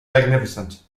magnificent